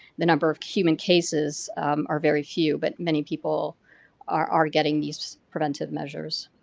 the number of human cases are very few, but many people are are getting these preventive measures.